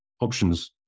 options